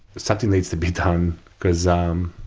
something needs to be done because um